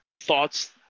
thoughts